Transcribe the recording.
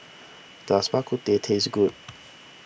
does Bak Kut Teh taste good